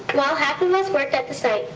while half of us worked at the site,